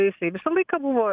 jisai visą laiką buvo